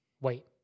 Wait